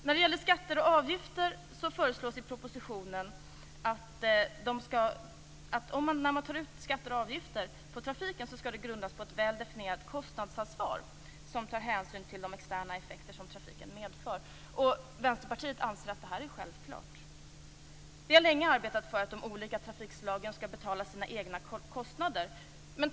När man tar ut skatter och avgifter på trafik föreslås i propositionen att det skall grundas på ett väl definierat kostnadsansvar som tar hänsyn till de externa effekter som trafiken medför. Vi i Vänsterpartiet anser att detta är självklart. Vi har länge arbetat för att de olika trafikslagen skall betala sina egna kostnader.